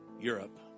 Europe